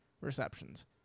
receptions